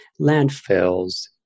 landfills